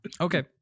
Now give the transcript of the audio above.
Okay